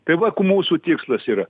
tai va ko mūsų tikslas yra